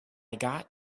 got